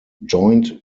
joint